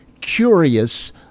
curious